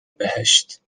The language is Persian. بهشت